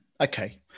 Okay